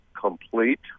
complete